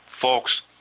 Folks